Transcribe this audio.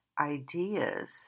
ideas